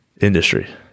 industry